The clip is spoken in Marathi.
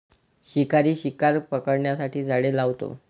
शिकारी शिकार पकडण्यासाठी जाळे लावतो